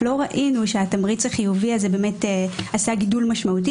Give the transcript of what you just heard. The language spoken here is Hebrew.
לא ראינו שהתמריץ החיובי הזה באמת עשה גידול משמעותי,